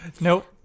Nope